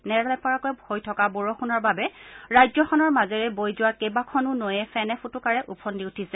নেৰানেপেৰাকৈ হৈ থকা বৰষূণৰ বাবে ৰাজ্যখনৰ মাজেৰে বৈ যোৱা কেইবাখনো নৈ ফেনে ফোটোকাৰে ওফন্দি উঠিছে